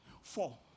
Four